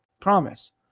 Promise